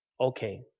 okay